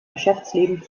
geschäftsleben